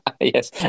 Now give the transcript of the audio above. Yes